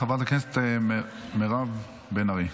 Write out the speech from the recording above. חברת הכנסת מירב בן ארי,